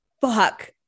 fuck